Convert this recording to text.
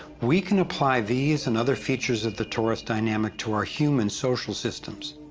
we can apply these and other features of the torus dynamic to our human social systems.